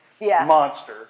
monster